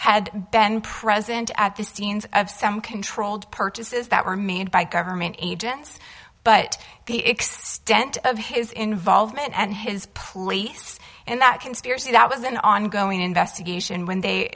had ben present at the scenes of some controlled purchases that were made by government agents but the extent of his involvement and his plea and that conspiracy that was an ongoing investigation when they